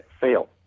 fail